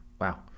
wow